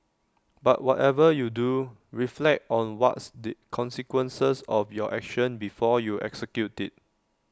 but whatever you do reflect on what's the consequences of your action before you execute IT